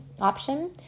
option